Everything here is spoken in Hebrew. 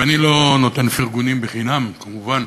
ואני לא נותן פרגונים חינם, כמובן,